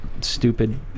stupid